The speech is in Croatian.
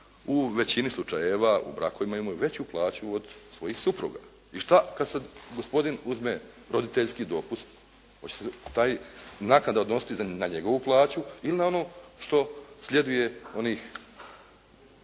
u većini slučajeva u brakovima imaju veću plaću od svojih supruga i što kad sad gospodin uzme roditeljski dopust, hoće li se ta naknada odnositi na njegovu plaću ili na onu što sljeduje onih,